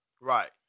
Right